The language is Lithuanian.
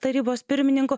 tarybos pirmininku